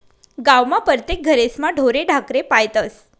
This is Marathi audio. गावमा परतेक घरेस्मा ढोरे ढाकरे पायतस